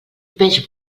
peix